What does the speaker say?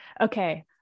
okay